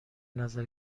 نظر